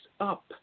up